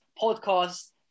podcast